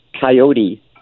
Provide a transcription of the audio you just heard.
coyote